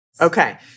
Okay